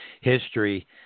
history